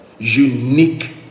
unique